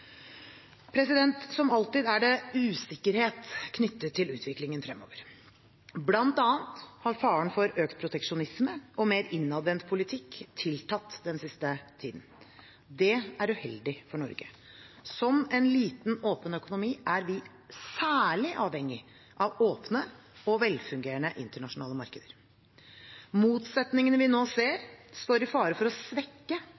Som alltid er det usikkerhet knyttet til utviklingen fremover. Blant annet har faren for økt proteksjonisme og mer innadvendt politikk tiltatt den siste tiden. Det er uheldig for Norge. Som en liten, åpen økonomi er vi særlig avhengig av åpne og velfungerende internasjonale markeder. Motsetningene vi nå ser, står i fare for å svekke